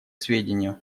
сведению